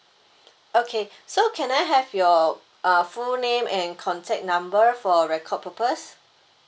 okay so can I have your uh full name and contact number for record purpose